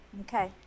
Okay